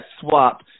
swap